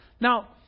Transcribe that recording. Now